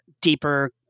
deeper